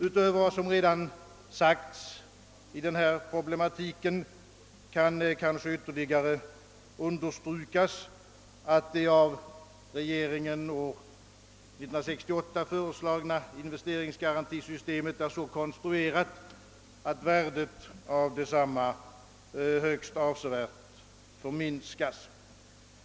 Utöver vad som redan sagts i denna problematik kan kanske ytterligare understrykas, att det av regeringen år 1968 föreslagna investeringsgarantisystemet är så konstruerat, att värdet av detsamma högst avsevärt förminskas.